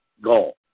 goal